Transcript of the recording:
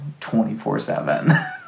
24-7